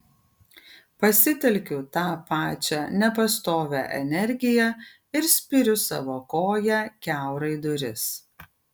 pasitelkiu tą pačią nepastovią energiją ir spiriu savo koja kiaurai duris